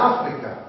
Africa